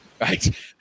right